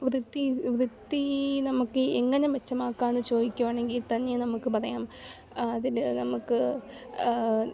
വൃത്തി വൃത്തി നമുക്ക് എങ്ങനെ മെച്ചമാക്കാമെന്നു ചോദിക്കുവാനാണെങ്കിൽത്തന്നെ നമുക്ക് പറയാം അതിനു നമുക്ക്